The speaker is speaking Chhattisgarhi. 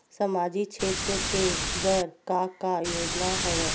सामाजिक क्षेत्र के बर का का योजना हवय?